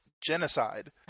genocide